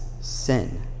sin